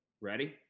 Ready